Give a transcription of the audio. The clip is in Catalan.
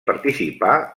participà